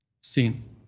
sin